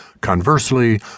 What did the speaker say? conversely